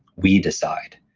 we decide.